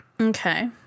Okay